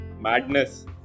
madness